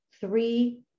three